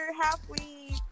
halfway